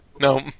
No